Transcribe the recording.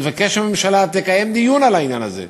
תבקש מהממשלה שתקיים דיון על העניין הזה.